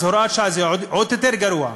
אבל הוראת שעה זה עוד יותר גרוע.